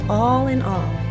all-in-all